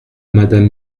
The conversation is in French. madame